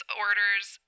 orders